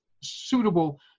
suitable